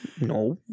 No